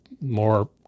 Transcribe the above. more